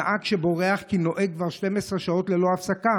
נהג שבורח כי הוא נוהג כבר 12 שעות ללא הפסקה